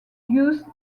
used